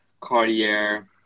Cartier